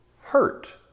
hurt